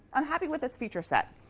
i'm happy with this feature set,